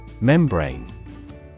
Membrane